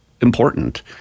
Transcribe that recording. important